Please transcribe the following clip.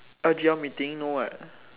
G_L meeting no what